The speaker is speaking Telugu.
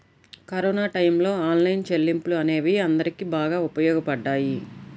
కరోనా టైయ్యంలో ఆన్లైన్ చెల్లింపులు అనేవి అందరికీ బాగా ఉపయోగపడ్డాయి